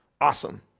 Awesome